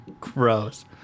Gross